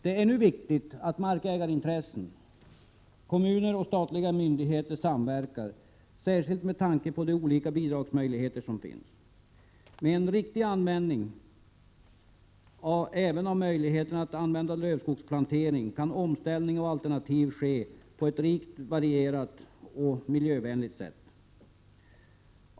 Det är nu viktigt att markägarintressen, kommuner och statliga myndigheter samverkar, särskilt med tanke på de olika bidragsmöjligheter som finns. Med en riktig användning även av möjligheterna att använda lövskogsplantering kan omställning och övergång till andra alternativ ske på ett rikt varierat och miljövänligt sätt.